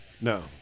No